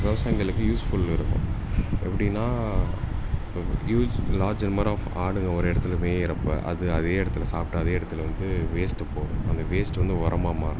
விவசாயிங்களுக்கு யூஸ்ஃபுல் இருக்கும் இப்போ எப்படின்னா ஹ்யூஜ் லார்ஜ் நம்பர் ஆஃப் ஆடுங்க ஒரு இடத்துல மேயிறப்போ அது அதே இடத்துல சாப்பிட்டு அதே இடத்துல வந்து வேஸ்ட்டு போடும் அந்த வேஸ்ட்டு வந்து உரமா மாறும்